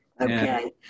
Okay